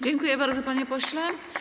Dziękuję bardzo, panie pośle.